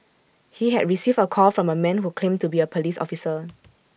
he had received A call from A man who claimed to be A Police officer